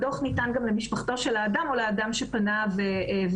הדוח ניתן גם למשפחתו של האדם או לאדם שפנה וניזוק.